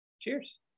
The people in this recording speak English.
cheers